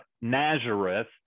Nazareth